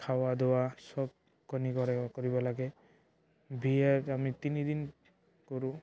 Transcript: খোৱা লোৱা চবখিনি কৰিব লাগে বিয়াত আমি তিনিদিন কৰোঁ